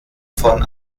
von